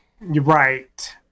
Right